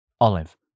Olive